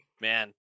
man